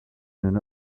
than